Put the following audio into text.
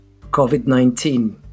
COVID-19